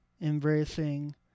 embracing